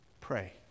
pray